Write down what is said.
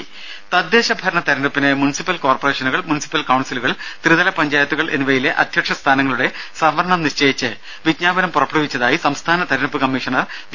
ടെട തദ്ദേശ കോർപ്പറേഷനുകൾ മുനിസിപ്പൽ കൌൺസിലുകൾ ത്രിതല പഞ്ചായത്തുകൾ എന്നിവയിലെ അദ്ധ്യക്ഷ സ്ഥാനങ്ങളുടെ സംവരണം നിശ്ചയിച്ച് വിജ്ഞാപനം പുറപ്പെടുവിച്ചതായി സംസ്ഥാന തിരഞ്ഞെടുപ്പ് കമ്മീഷണർ വി